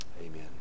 Amen